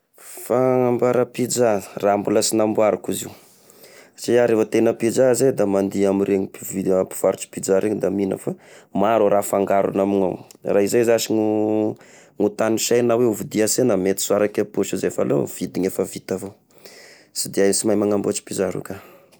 Fagnamboara pizza! Raha mbola sy namboariko izy io, satria raha ia te hihina pizza ia zay da mandeha amiregny mpivi- mpivarotra pizza reny da mihina fa maro e raha afangarony amignao, raha zay zasy no, no tanisaina hoe, hovidia an-sena mety tsy ho araka gne poso zay fa aleo mividy ny efa vita avao sy de hay, sy mahay magnambôtry pizza roky ia.